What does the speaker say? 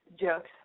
jokes